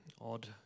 odd